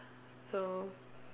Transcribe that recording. so